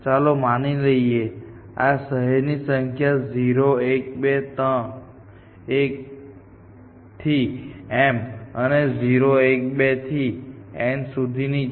ચાલો માની લઈએ કે આ શહેરોની સંખ્યા 0 1 2 થી m અને 0 1 2 થી n સુધીની છે